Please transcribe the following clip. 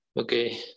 Okay